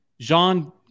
Jean